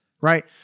Right